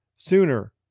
Sooner